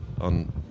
on